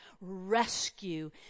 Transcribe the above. rescue